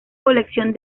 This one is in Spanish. colección